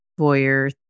voyeur